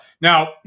Now